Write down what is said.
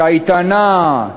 קייטנה,